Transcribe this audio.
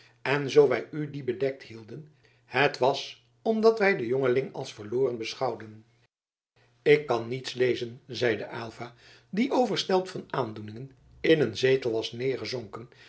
en zoo wij u dien bedekt hielden het was omdat wij den jongeling als verloren beschouwden ik kan niets lezen zeide aylva die overstelpt van aandoeningen in een zetel was neergezonken